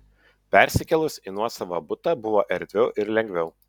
persikėlus į nuosavą butą buvo erdviau ir lengviau